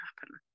happen